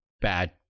Bad